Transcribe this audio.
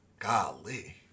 golly